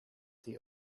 the